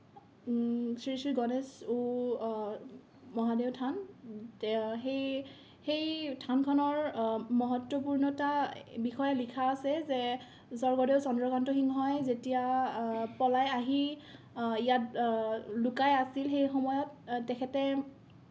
শ্ৰী শ্ৰী গণেশ ও মহাদেও থান তেওঁৰ সেই সেই থানখনৰ মহত্বপূৰ্ণতা বিষয়ে লিখা আছে যে স্বৰ্গদেউ চন্দ্ৰকান্ত সিংহই যেতিয়া পলাই আহি ইয়াত লুকাই আছিল সেই সময়ত তেখেতে